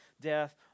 death